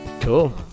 cool